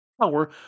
power